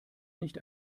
nicht